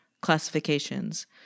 classifications